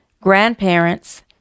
grandparents